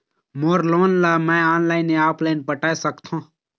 मोर loan ला मैं online या ऑफलाइन पटाए सकथों?